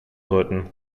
sollten